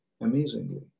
amazingly